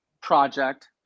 project